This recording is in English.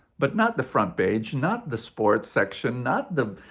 but not the front page. not the sports section. not the.